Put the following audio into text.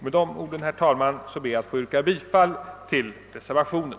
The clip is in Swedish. Med detta, herr talman, ber jag att få yrka bifall till reservationen.